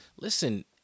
Listen